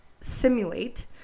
simulate